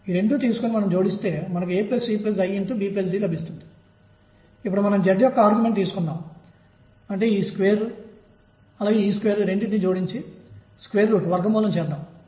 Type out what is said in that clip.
అదనంగా ఇప్పుడు నేను మీకు చూపించబోతున్నది నాకు హార్మోనిక్ ఆసిలేటర్ హరాత్మక డోలకం యొక్క శక్తి ఎనర్జీ స్థాయిలను కూడా ఇస్తుంది